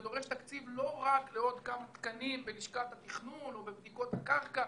זה דורש תקציב לא רק לעוד כמה תקנים בלשכת התכנון או בבדיקות קרקע.